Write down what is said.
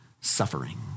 suffering